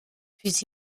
puis